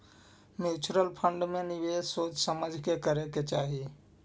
mutual fund में निवेश सोच समझ के करे के चाहि